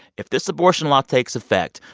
if this abortion law takes effect,